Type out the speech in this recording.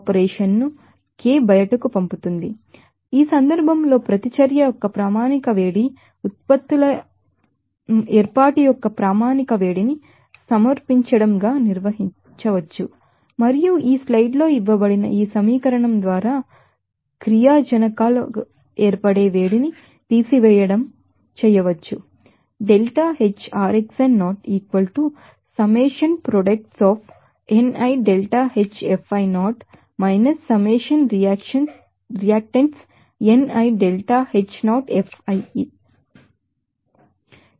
కాబట్టి ఈ సందర్భంలో రియాక్టన్స్ యొక్క స్టాండర్డ్ హీట్ ఉత్పత్తుల ఏర్పాటు యొక్క స్టాండర్డ్ హీట్ని సమర్పించడం గా నిర్వచించవచ్చు మరియు స్లైడ్ లో ఇవ్వబడినవిధంగా ఈ సమీకరణం ద్వారా రియాక్టన్స్ ఏర్పడే వేడిని తీసివేయాలి